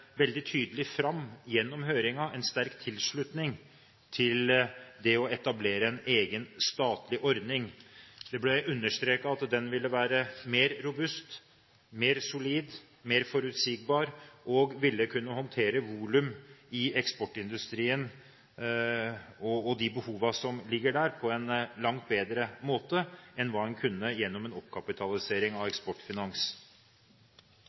veldig tydelig fram gjennom høringen en sterk tilslutning til det å etablere en egen statlig ordning. Det ble understreket at den ville være mer robust, mer solid, mer forutsigbar og ville kunne håndtere volum i eksportindustrien og de behovene som ligger der, på en langt bedre måte enn hva en kunne gjennom en oppkapitalisering av